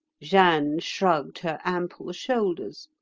jeanne shrugged her ample shoulders.